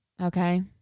okay